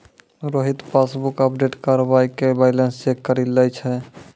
Rohit passbook update करबाय के balance check करि लै छै